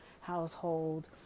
household